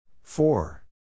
Four